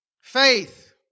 Faith